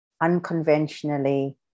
unconventionally